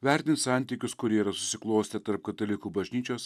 vertins santykius kurie yra susiklostę tarp katalikų bažnyčios